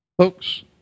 Folks